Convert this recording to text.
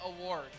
Award